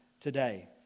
today